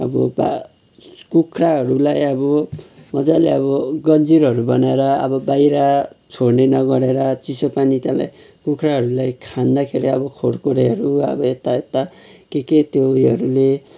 अब बा कुखुराहरूलाई अब मजाले अब गन्जिरहरू बनाएर अब बाहिर छोड्ने नगरेर चिसो पानी त्यसलाई कुखुराहरूलाई खानाखेरि अब यता यता के के त्यो उयोहरूले